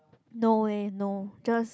no leh no just